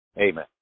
Amen